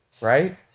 right